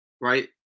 right